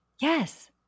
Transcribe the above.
Yes